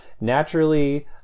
naturally